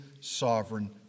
sovereign